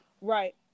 Right